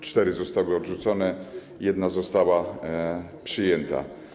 4 zostały odrzucone, 1 została przyjęta.